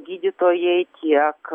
gydytojai tiek